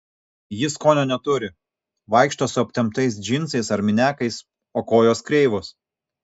ji skonio neturi vaikšto su aptemptais džinsais ar miniakais o kojos kreivos